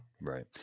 Right